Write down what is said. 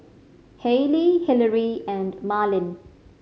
Hailey Hillery and Marlin